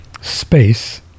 space